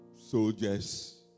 soldiers